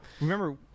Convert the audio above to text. remember